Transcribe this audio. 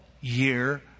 year